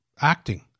acting